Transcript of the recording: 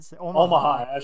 Omaha